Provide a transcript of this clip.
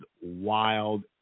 wild